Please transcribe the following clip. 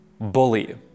Bully